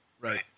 Right